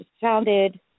founded